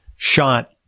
shot